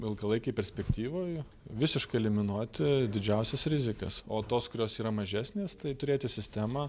ilgalaikėj perspektyvoj visiškai eliminuoti didžiausias rizikas o tos kurios yra mažesnės tai turėti sistemą